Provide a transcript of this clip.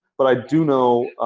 but i do know,